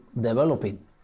developing